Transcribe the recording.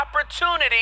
opportunity